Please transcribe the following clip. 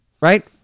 right